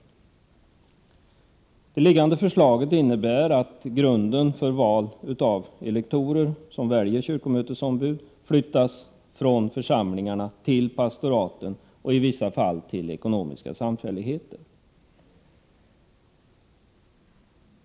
Det föreliggande förslaget innebär att grunden för val av elektorer som väljer kyrkomötesombud flyttas från församlingarna till pastoraten och i vissa fall till ekonomiska samfälligheter.